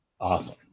awesome